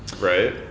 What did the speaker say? right